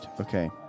Okay